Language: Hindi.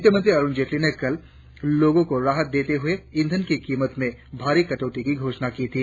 वित्तमंत्री अरुण जेटली ने कल लोगों को राहत देते हुए ईंधन की कीमतों में भारी कटौती की घोषणा की थी